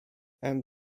and